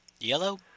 Yellow